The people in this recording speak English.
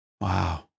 Wow